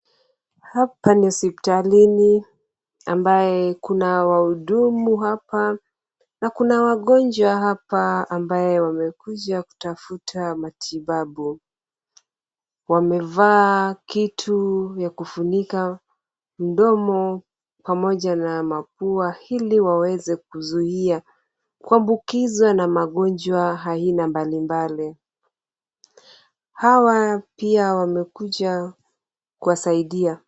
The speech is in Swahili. Hapa ni hospitalini ambaye kuna wahudumu hapa na kuna wagonjwa hapa ambaye wamekuja kutafuta matibabu. Wamevaa kitu ya kufunika mdomo pamoja na mapua ili waweze kuzuia kuambukizwa na magonjwa aina mbali mbali. Hawa wamekuja pia wamekuja kuwasaidia.